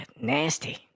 Nasty